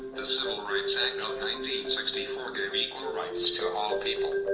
the civil rights act sixty four gave equal rights to all people.